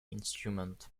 instrument